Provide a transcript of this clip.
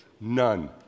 none